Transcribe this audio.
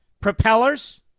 Propellers